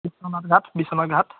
Biswanath Ghat Biswanath Ghat